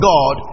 God